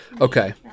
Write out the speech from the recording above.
Okay